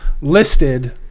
listed